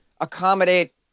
accommodate